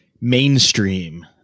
mainstream